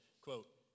quote